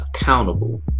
accountable